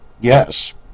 yes